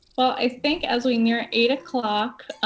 well, i think as we near eight o'clock,